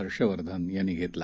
हर्षवर्धन यांनी घेतला